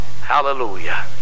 hallelujah